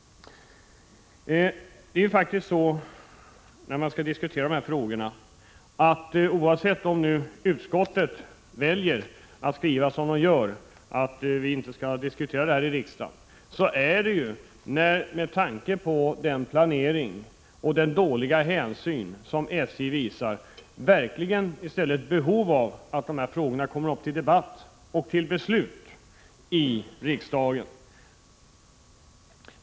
Oavsett att utskottet väljer att skriva som det gör, att vi inte skall diskutera dessa frågor i riksdagen, föreligger det med tanke på SJ:s planering och den bristande hänsyn som SJ visar verkligen ett behov av att dessa frågor kommer upp till debatt och beslut i riksdagen.